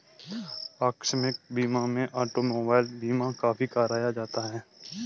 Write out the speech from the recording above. आकस्मिक बीमा में ऑटोमोबाइल बीमा काफी कराया जाता है